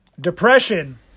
depression